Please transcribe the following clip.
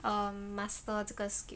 um master 这个 skip